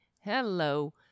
Hello